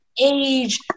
age